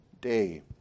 day